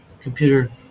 computer